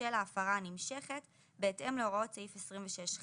בשל ההפרה הנמשכת בהתאם להוראות סעיף 26ח,